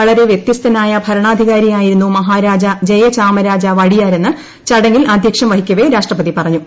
വളരെ വ്യത്യസ്തനായ ഭരണാധികാരിയായിരുന്നു മഹാരാജ ജയചാമരാജ വഡിയാരെന്ന് എന്ന് ചടങ്ങിൽ ആധൃക്ഷൃം വഹിക്കവേ രാഷ്ട്രപതി പറഞ്ഞു